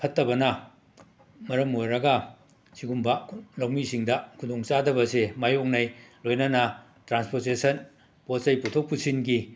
ꯐꯠꯇꯕꯅ ꯃꯔꯝ ꯑꯣꯏꯔꯒ ꯑꯁꯤꯒꯨꯝꯕ ꯂꯧꯃꯤꯁꯤꯡꯗ ꯈꯨꯗꯣꯡꯆꯥꯗꯕꯁꯦ ꯃꯥꯌꯣꯛꯅꯩ ꯂꯣꯏꯅꯅ ꯇ꯭ꯔꯥꯟꯁꯄꯣꯔꯇꯦꯁꯟ ꯄꯣꯠꯆꯩ ꯄꯨꯊꯣꯛ ꯄꯨꯁꯤꯟꯒꯤ